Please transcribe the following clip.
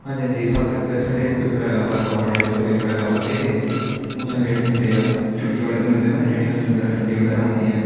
ਹਾਂਜੀ ਹਾਂਜੀ ਸੱਤ ਸੰਡੇ ਨੂੰ ਪੇਪਰ ਹੈਗਾ ਵਾ ਗੋਰਮੈਂਟ ਜੋਬ ਦਾ ਪੇਪਰ ਹੈਗਾ ਵਾ ਅਤੇ ਉਹ ਸੰਡੇ ਨੂੰ ਹੁੰਦੇ ਆ ਛੁੱਟੀ ਵਾਲੇ ਦਿਨ ਹੁੰਦੇ ਨਾ ਯੂਨੀਵਰਸਿਟੀ ਵਗੈਰਾ ਛੁੱਟੀ ਵਗੈਰਾ ਹੁੰਦੀ ਆ